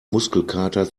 muskelkater